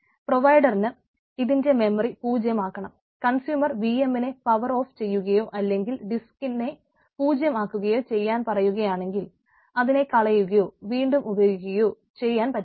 പ്രൊവൈഡറിന് ഇതിന്റെ മെമ്മറി പൂജ്യം ആക്കുകയോ ചെയ്യാൻ പറയുകയാണെങ്കിൽ അതിനെ കളയുകയോ വീണ്ടും ഉപയോഗിക്കുകയൊ ചെയ്യാൻ പറ്റും